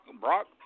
Brock